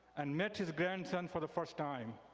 and met his grandson for the first time.